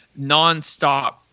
nonstop